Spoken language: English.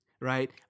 right